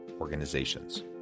organizations